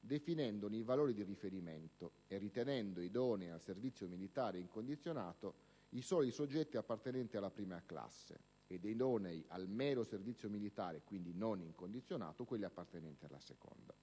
definendone i valori di riferimento e ritenendo idonei al servizio militare incondizionato i soli soggetti appartenenti alla prima classe ed idonei al mero servizio militare (dunque non incondizionato) quelli appartenenti alla seconda.